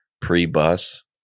pre-bus